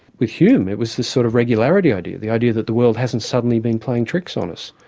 with hume it was this sort of regularity idea, the idea that the world hasn't suddenly been playing tricks on us,